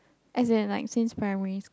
as in like since primary school